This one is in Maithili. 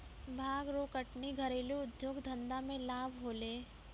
भांग रो कटनी घरेलू उद्यौग धंधा मे लाभ होलै